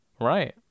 right